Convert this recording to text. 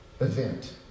event